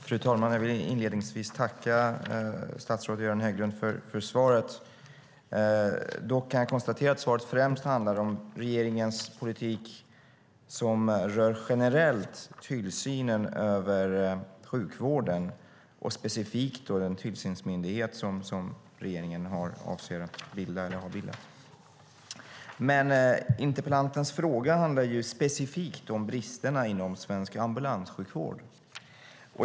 Fru talman! Jag vill inledningsvis tacka statsrådet Göran Hägglund för svaret. Dock kan jag konstatera att svaret främst handlar om regeringens politik som rör generellt tillsynen över sjukvården och specifikt den tillsynsmyndighet som regeringen har bildat. Men interpellantens fråga handlar specifikt om bristerna inom svensk ambulanssjukvård.